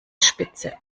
spitze